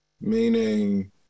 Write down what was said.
Meaning